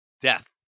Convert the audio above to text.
death